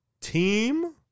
Team